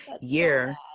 year